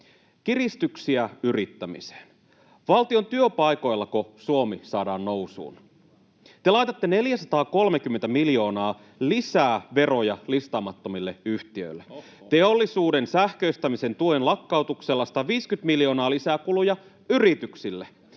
Kiristyksiä yrittämiseen. Valtion työpaikoillako Suomi saadaan nousuun? Te laitatte 430 miljoonaa lisää veroja listaamattomille yhtiöille, teollisuuden sähköistämisen tuen lakkautuksella 150 miljoonaa lisää kuluja yrityksille.